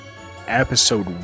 Episode